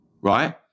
right